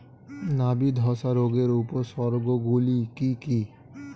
নাবি ধসা রোগের উপসর্গগুলি কি কি?